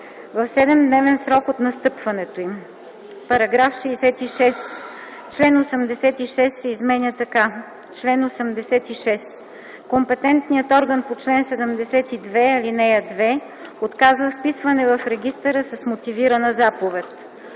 в 7-дневен срок от настъпването им.” § 66. Член 86 се изменя така: „Чл. 86. Компетентният орган по чл. 72, ал. 2 отказва вписвъне в регистъра с мотивирана заповед: